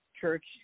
church